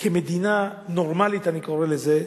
כמדינה נורמלית, אני קורא לזה,